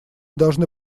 должны